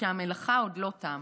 שהמלאכה עוד לא תמה.